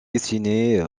destiné